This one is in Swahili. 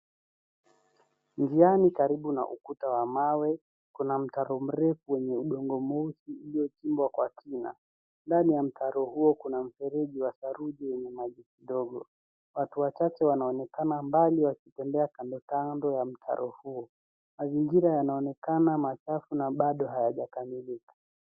Njiani karibu na ukuta wa mawe, kuna mtaro mrefu wenye udongo mweusi iliyochimbwa kwa kina. Ndani ya mtaro huo kuna mfereji wa saruji na maji kidogo. Watu wachache wanaonekana mbali wakitembea kando kando ya mtaro huo. Mazingira yanaonekana machafu na baado hayajakamilika.